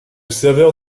serveur